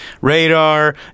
radar